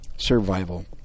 survival